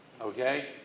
Okay